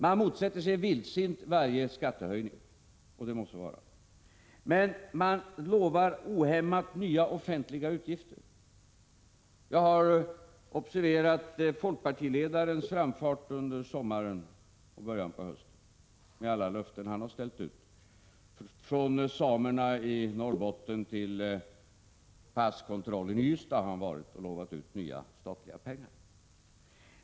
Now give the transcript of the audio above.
Man motsätter sig vildsint varje skattehöjning — och det må så vara — men man lovar ohämmat nya offentliga utgifter. Jag har observerat folkpartiledarens framfart under sommaren och början av hösten med alla löften han ställt ut; han har varit runt, från samerna i Norrbotten till passkontrollen i Ystad, och lovat ut nya statliga pengar.